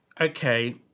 Okay